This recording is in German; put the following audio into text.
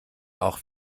auch